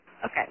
Okay